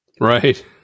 Right